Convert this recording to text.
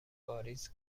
واریز